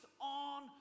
on